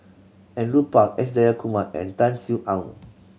Andrew Phang S Jayakumar and Tan Sin Aun